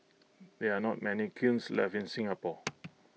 there are not many kilns left in Singapore